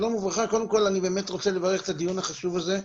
קודם כל אני באמת רוצה לברך על הדיון החשוב הזה,